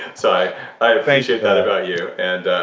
so i appreciate that about you, and